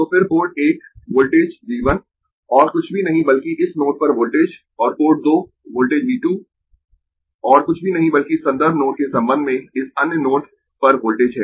तो फिर port 1 voltage V 1 और कुछ भी नहीं बल्कि इस नोड पर वोल्टेज और पोर्ट 2 वोल्टेज V 2 और कुछ भी नहीं बल्कि संदर्भ नोड के संबंध में इस अन्य नोड पर वोल्टेज है